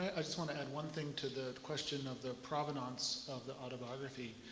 i just want to add one thing to the question of the provenance of the autobiography.